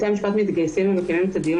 בתי המשפט מתגייסים ומקיימים את הדיון